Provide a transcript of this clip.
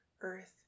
earth